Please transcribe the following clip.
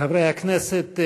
חברי הכנסת,